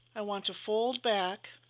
i want to fold back